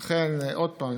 עוד פעם,